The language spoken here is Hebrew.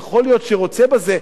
יכול להיות שרוצה בזה,